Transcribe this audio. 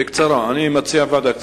בקצרה, אני מציע ועדת כספים.